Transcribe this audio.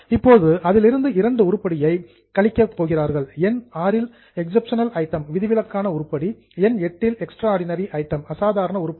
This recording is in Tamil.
இப்போது அதிலிருந்து இரண்டு உருப்படியை டிடெக்ட் கழிக்க போகிறார்கள் எண் VI இல் எக்சப்ஷனல் ஐட்டம் விதிவிலக்கான உருப்படி எண் VIII இல் எக்ஸ்ட்ராடினரி ஐட்டம் அசாதாரண உருப்படி